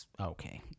okay